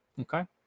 Okay